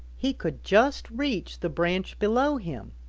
he could just reach the branch below him.